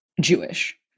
Jewish